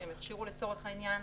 שהם הכשירו לצורך העניין,